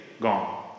gone